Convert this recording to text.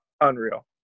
unreal